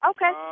Okay